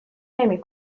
نمی